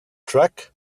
truck